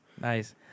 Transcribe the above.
Nice